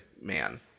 Man